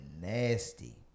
nasty